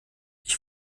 ich